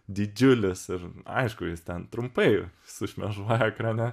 didžiulis ir aišku jis ten trumpai sušmėžuoja ekrane